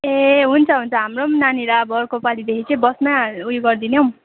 ए हुन्छ हुन्छ हाम्रो पनि नानीलाई अब अर्को पालिदेखि चाहिँ बसमै हाल् उयो गरिदिने हौ